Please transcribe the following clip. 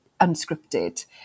unscripted